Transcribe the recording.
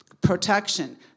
protection